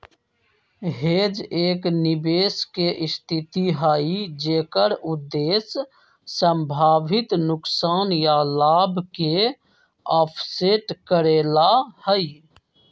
hedge एक निवेश के स्थिति हई जेकर उद्देश्य संभावित नुकसान या लाभ के ऑफसेट करे ला हई